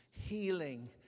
healing